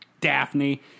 Daphne